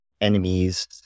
enemies